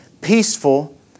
peaceful